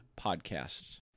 podcasts